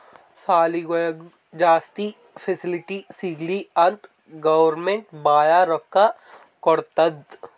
ಸಾಲಿಗೊಳಿಗ್ ಜಾಸ್ತಿ ಫೆಸಿಲಿಟಿ ಸಿಗ್ಲಿ ಅಂತ್ ಗೌರ್ಮೆಂಟ್ ಭಾಳ ರೊಕ್ಕಾ ಕೊಡ್ತುದ್